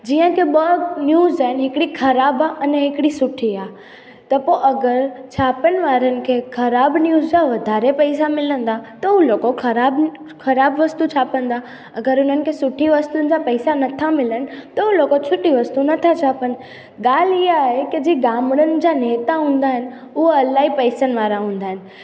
जीअं की ॿ न्यूज़ आहिनि हिकिड़ी ख़राबु आहे अने हिकिड़ी सुठी आहे त पोइ अगरि छापनि वारनि खे ख़राबु न्यूज़ जा वधारे पैसा मिलंदा त उहा लोको ख़राबु ख़राबु वस्तु छापंदा अगरि उन्हनि खे सुठी वस्तुनि जा पैसा न था मिलनि त उहे लोको सुठी वस्तु न था छापनि ॻाल्हि इहा आहे की जे गामड़नि जा नेता हूंदा आहिनि उहा इलाही पैसनि वारा हूंदा आहिनि